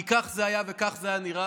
כי כך זה היה וכך זה נראה.